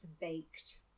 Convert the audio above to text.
baked